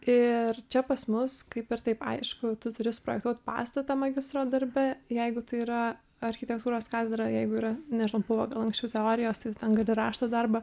ir čia pas mus kaip ir taip aišku tu turi suprojektuot pastatą magistro darbe jeigu tai yra architektūros katedra jeigu yra nežinau buvo gal anksčiau teorijos tai ten gali rašto darbą